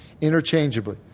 interchangeably